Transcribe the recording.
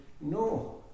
No